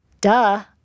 Duh